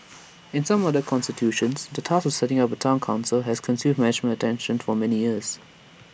in some other constituencies the task of setting up A Town Council has consumed management attention for many years